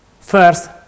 First